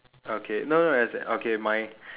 okay no no no as in okay my